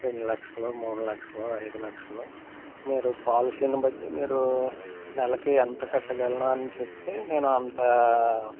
రెండు లక్షలు మూడు లక్షలు ఐదు లక్షలు మీరు పాలసీని బట్టి మీరు నెలకి ఎంత కట్టగలను అని చెప్తే నేను అంతా